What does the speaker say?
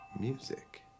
Music